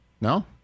No